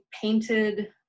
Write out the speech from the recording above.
painted